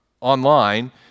online